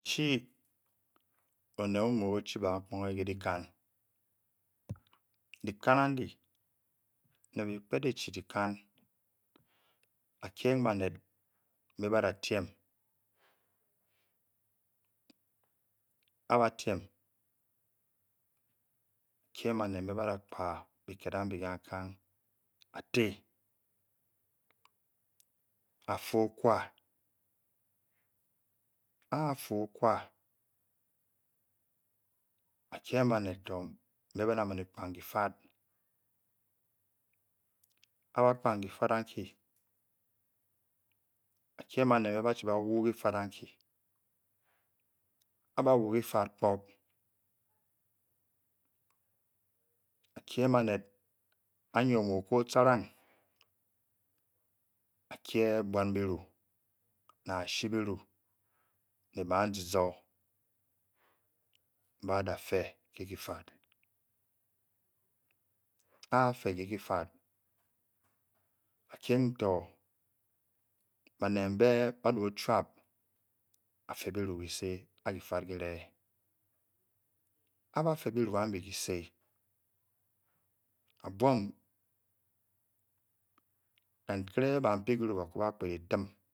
Chi oweh omo wnadi lekan letwon andi be be phadi chi de kan ba tung baned embe bada tenn a ba tam le per pada bah ba je ba fe ogua ah bar pe ogua ba ke baned mbe badi mam heh bo pkang a ba chia antue a ba woh bapam kanphan ochenge baned ba ne bunch belu le ashie belu ba pe loe nea fad ba ke tour baned na tudle ba fu etem